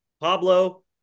Pablo